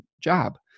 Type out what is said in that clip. job